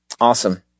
Awesome